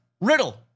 Riddle